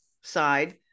side